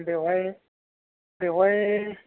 बेवहाय बेवहाय